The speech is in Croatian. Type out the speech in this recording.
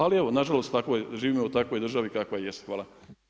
Ali evo nažalost, živimo u takvoj državi kakva jest.